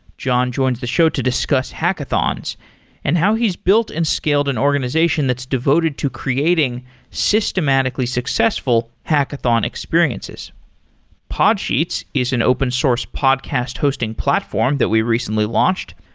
jon joins the show to discuss hackathons and how he's built and scaled an organization that's devoted to creating systematically successful hackathon experiences podshees is an open source podcast hosting platform that we recently launched.